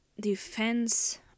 defense